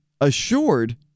assured